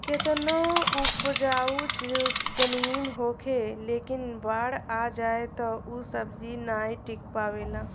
केतनो उपजाऊ जमीन होखे लेकिन बाढ़ आ जाए तअ ऊ सब्जी नाइ टिक पावेला